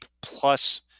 plus